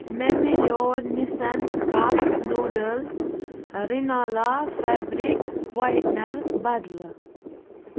مےٚ میلٮ۪و Nissin cup noodles Rin Ala fabric whitener بدلہٕ